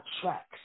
tracks